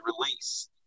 release